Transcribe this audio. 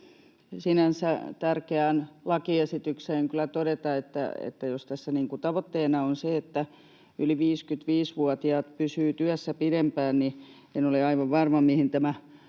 sinänsä tärkeään lakiesitykseen kyllä todeta, että jos tässä niin kuin tavoitteena on se, että yli 55‑vuotiaat pysyvät työssä pidempään, niin en ole aivan varma, mihin tämä